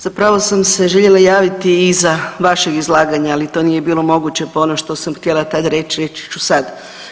Zapravo sam se željela javiti iza vašeg izlaganja, ali to nije bilo moguće pa ono što sam htjela tada reći reći ću sad.